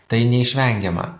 tai neišvengiama